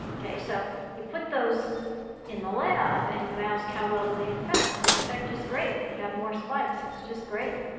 ok, so you put those in the lab. and you ask, how well do they infect? they infect just great. they have more spikes. it's just great.